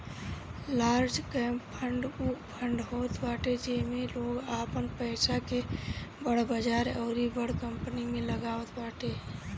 large cap fund उ fund होत बाटे जेमे लोग आपन पईसा के बड़ बजार अउरी बड़ कंपनी में लगावत बाटे